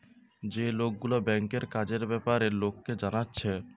যে লোকগুলা ব্যাংকের কাজের বেপারে লোককে জানাচ্ছে